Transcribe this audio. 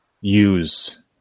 use